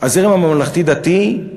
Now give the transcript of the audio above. הזרם הממלכתי-דתי,